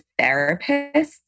therapists